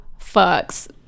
fucks